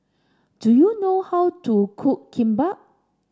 do you know how to cook Kimbap